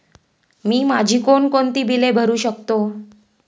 मी माझी कोणकोणती बिले भरू शकतो?